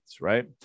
right